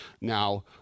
now